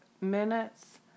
minutes